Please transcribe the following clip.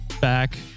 back